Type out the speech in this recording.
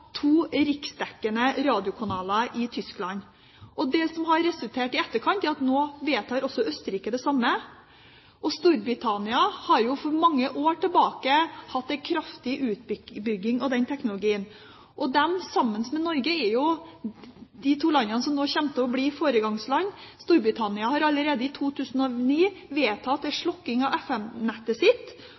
to riksdekkende radiokanaler i Tyskland. I etterkant har det resultert i at nå vedtar også Østerrike det samme, og Storbritannia har for mange år tilbake hatt en kraftig utbygging av den teknologien. De, sammen med Norge, er de to landene som nå kommer til å bli foregangsland. Storbritannia vedtok allerede i 2009 en slukking av FM-nettet sitt